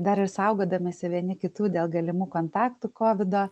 dar ir saugodamiesi vieni kitų dėl galimų kontaktų kovido